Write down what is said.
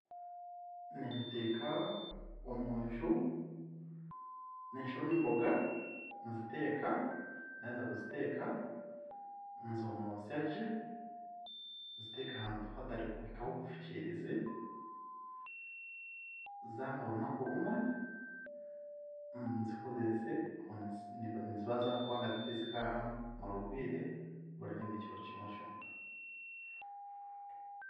Nimbiteeka omunju, ninshoroma emboga nziteeka, naaheza kuziteeka, nzomoosya gye, nziteeke ahantu hatarikuhikaho obufukiirizi, zaamara orunaku rumwe, nzikozeese aho niziba kubanga tizikaamara obwire burarenga ekiro kimwe kyonka.